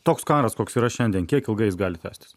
toks karas koks yra šiandien kiek ilgai jis gali tęstis